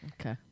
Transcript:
Okay